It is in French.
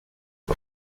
les